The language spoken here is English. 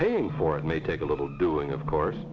pay for it may take a little doing of course